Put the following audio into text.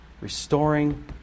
Restoring